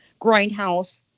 grindhouse